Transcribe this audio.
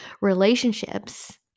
relationships